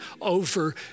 over